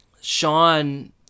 Sean